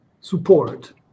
support